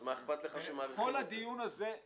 אז מה אכפת לך שמאריכים את זה?